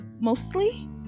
mostly